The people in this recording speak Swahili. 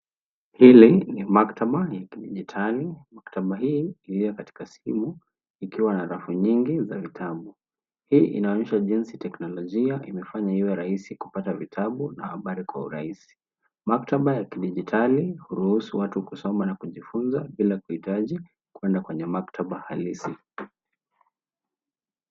Hii ni maktaba la kidijitali .Maktaba hii iliyo katika simu ikiwa na rafu nyingi za vitabu. Hii inaonyesha jinsi teknolojia imefanya iwe rahisi kupata vitabu na habari kwa urahisi .Maktaba ya kidijitali huruhusu watu kusoma na kujifunza bila kuhitaji kwenda kwenye maktaba halisi.